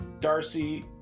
Darcy